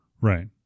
right